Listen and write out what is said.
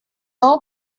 all